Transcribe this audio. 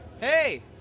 hey